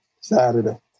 Saturday